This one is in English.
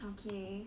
okay